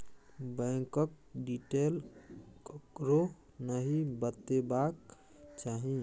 बैंकक डिटेल ककरो नहि बतेबाक चाही